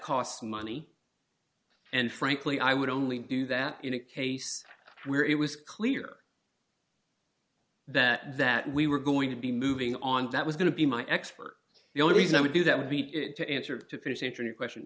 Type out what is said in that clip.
costs money and frankly i would only do that in a case where it was clear that that we were going to be moving on that was going to be my expert the only reason i would do that would be to answer to that interview question